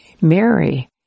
Mary